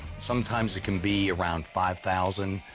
sometimes it can be around five thousand,